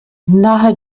nahe